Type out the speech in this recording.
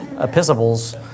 epistles